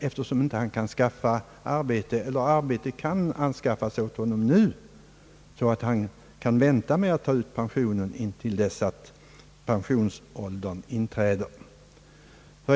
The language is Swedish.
Han kan ju inte själv skaffa arbete nu och arbete kan inte erbjudas honom, så att han får möjlighet att uppskjuta pensioneringen tills den ordinarie pensionsåldern inträder.